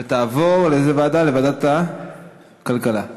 התשע"ד 2014, לוועדת הכלכלה נתקבלה.